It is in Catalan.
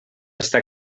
està